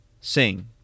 sing